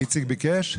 איציק ביקש?